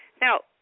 Now